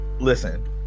Listen